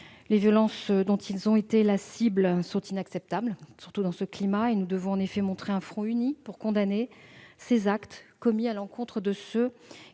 Les violences dont ils ont été la cible sont inacceptables, surtout dans le climat actuel ; nous devons afficher un front uni pour condamner ces actes commis à l'encontre de ceux